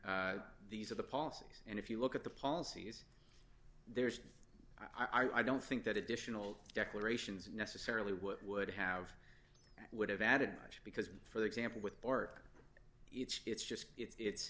and these are the policies and if you look at the policies there's i don't think that additional declarations necessarily what would have would have added much because for example with pork it's it's just it's